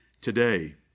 today